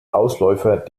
ausläufer